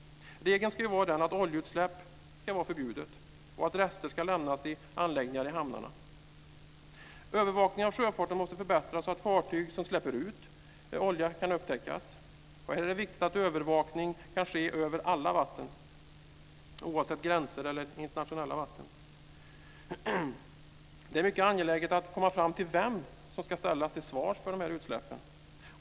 Regeln ska vara att oljeutsläpp ska vara förbjudet och att rester ska lämnas i anläggningar i hamnarna. Övervakningen av sjöfarten måste förbättras så att fartyg som släpper ut olja kan upptäckas. Här är det viktigt att övervakning kan ske över alla vatten, oavsett gränser eller internationella vatten. Det är mycket angeläget att komma fram till vem som ska ställas till svars för utsläppen.